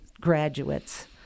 graduates